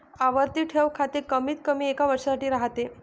आवर्ती ठेव खाते कमीतकमी एका वर्षासाठी राहते